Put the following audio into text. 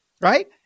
right